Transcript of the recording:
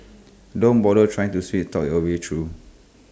don't bother trying to sweet talk your way through